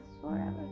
forever